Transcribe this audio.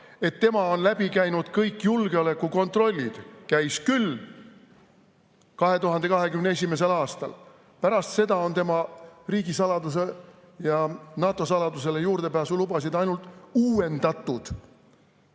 et tema on läbi käinud kõik julgeolekukontrollid. Käis küll – 2021. aastal. Pärast seda on tema riigisaladusele ja NATO saladusele juurdepääsu lubasid ainult uuendatud.